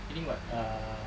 meaning what ah